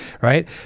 right